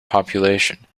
population